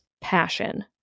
passion